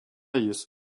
jis